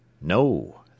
No